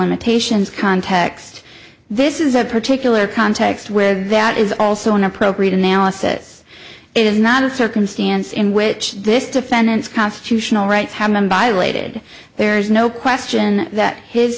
limitations context this is a particular context with that is also an appropriate analysis it is not a circumstance in which this defendant's constitutional rights have been by weighted there is no question that his